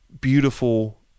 beautiful